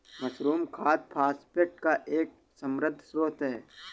mushroom खाद phosphate का एक समृद्ध स्रोत है